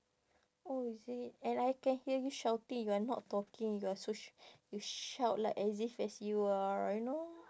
oh is it and I can hear you shouting you are not talking you are so sh~ you shout like as if as you are you know